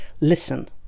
listen